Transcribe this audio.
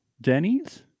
Denny's